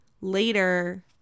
later